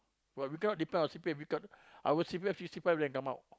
but we cannot depend on C_P_F because our C_P_F sixty five then come out